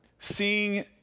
Seeing